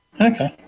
Okay